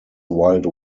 wild